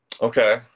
okay